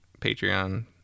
Patreon